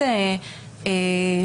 אגב,